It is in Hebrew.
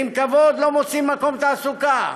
ועם כבוד לא מוצאים מקום תעסוקה,